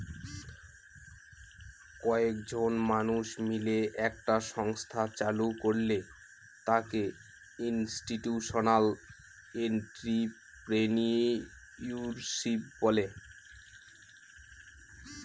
কয়েকজন মানুষ মিলে একটা সংস্থা চালু করলে তাকে ইনস্টিটিউশনাল এন্ট্রিপ্রেনিউরশিপ বলে